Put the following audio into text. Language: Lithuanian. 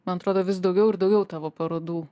man atrodo vis daugiau ir daugiau tavo parodų